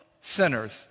sinners